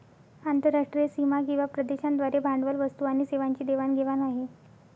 आंतरराष्ट्रीय सीमा किंवा प्रदेशांद्वारे भांडवल, वस्तू आणि सेवांची देवाण घेवाण आहे